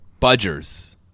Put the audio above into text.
Budgers